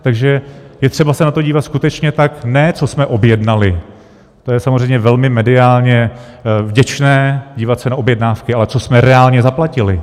Takže je třeba se na to dívat skutečně tak, ne co jsme objednali, to je samozřejmě velmi mediálně vděčné, dívat se na objednávky, ale co jsme reálně zaplatili.